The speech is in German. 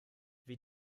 wie